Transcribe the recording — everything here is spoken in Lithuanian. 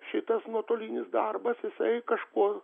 šitas nuotolinis darbas visai kažkuo